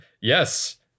Yes